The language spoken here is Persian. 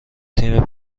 تیم